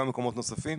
גם במקומות נוספים.